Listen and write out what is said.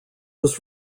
was